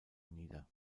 nieder